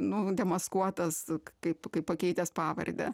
nu demaskuotas kaip pakeitęs pavardę